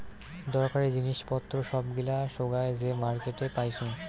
দরকারী জিনিস পত্র সব গিলা সোগায় যে মার্কেটে পাইচুঙ